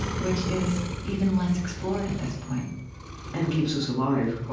which is even less explored at this point and keeps us alive, oh,